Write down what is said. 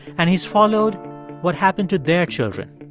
and he's followed what happened to their children.